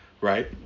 right